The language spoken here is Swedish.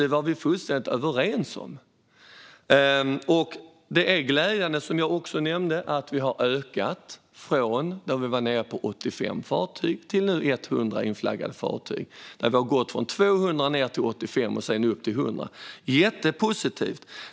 Det var vi fullständigt överens om. Det är glädjande att vi har ökat, som jag också nämnde, från 85 till 100 inflaggade fartyg. Vi gick från 200 ned till 85, och nu har vi gått upp till 100. Det är jättepositivt.